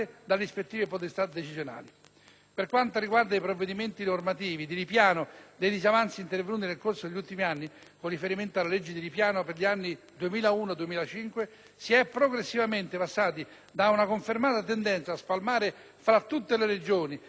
Per quanto riguarda i provvedimenti normativi di ripiano dei disavanzi intervenuti nel corso degli ultimi anni (con riferimento alle leggi di ripiano per gli anni 2001-2005), si è progressivamente passati da una confermata tendenza a spalmare fra tutte le Regioni le risorse destinate al ripiano di disavanzi